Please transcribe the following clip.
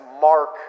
Mark